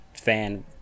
fan